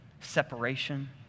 separation